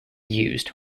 used